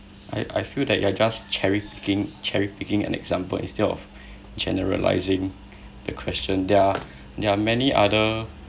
I I feel that you are just cherry picking cherry picking an example instead of generalising the question there are there are many other